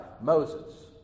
Moses